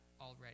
already